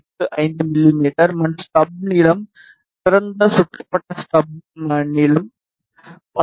85 மிமீ மற்றும் ஸ்டப் நீளம் திறந்த சுற்றப்பட்ட ஸ்டப் நீளம் 19